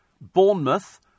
Bournemouth